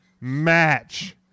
match